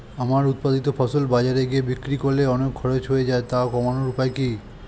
আমার উৎপাদিত ফসল বাজারে গিয়ে বিক্রি করলে অনেক খরচ হয়ে যায় তা কমানোর উপায় কি?